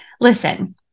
Listen